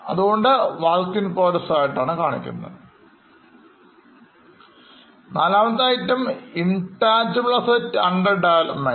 അതുകൊണ്ട് work in progressആയിട്ടാണ് കാണിക്കുന്നത് നാലാമത്തെ ഐറ്റംintangible assets under development